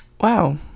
wow